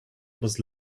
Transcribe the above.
was